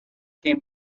came